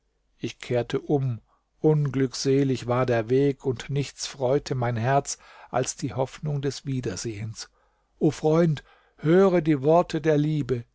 ich kehrte um unglückselig war der weg und nichts freute mein herz als die hoffnung des wiedersehens o freund höre die worte der liebe